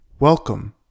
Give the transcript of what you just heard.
Welcome